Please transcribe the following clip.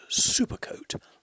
supercoat